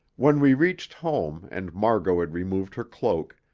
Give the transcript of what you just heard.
when we reached home, and margot had removed her cloak,